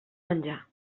menjar